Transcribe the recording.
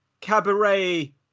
cabaret